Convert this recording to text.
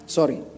Sorry